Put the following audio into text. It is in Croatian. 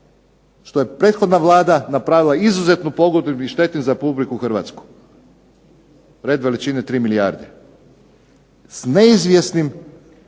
što je prethodna Vlada napravila izuzetnu …/Ne razumije se./… za Republiku Hrvatsku, red veličine 3 milijarde, s neizvjesnim